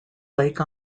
lake